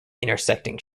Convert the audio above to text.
intersecting